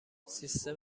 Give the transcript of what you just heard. سیستم